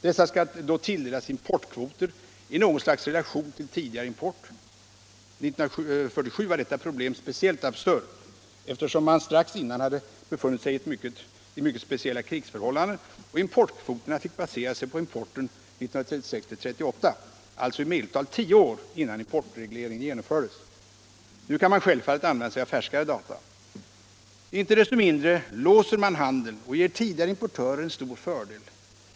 Dessa skall då tilldelas importkvoter i något slags relation till tidigare import. År 1947 var detta problem speciellt absurt, eftersom man strax innan hade befunnit sig i mycket speciella krigsförhållanden och importkvoterna fick baseras på importen 1936-1938, alltså i medeltal tio år innan importregleringen genomfördes. Nu kan man självfallet använda sig av färskare data. Inte desto mindre låser man handeln och ger tidigare importörer en stor fördel.